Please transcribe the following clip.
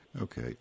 Okay